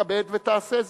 תתכבד ותעשה זאת.